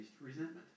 resentment